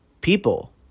people